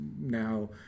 now